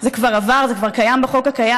זה כבר עבר, זה כבר עבר בחוק הקיים.